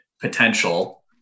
potential